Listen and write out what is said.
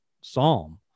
psalm